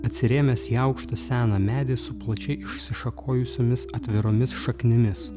atsirėmęs į aukštą seną medį su plačiai išsišakojusiomis atviromis šaknimis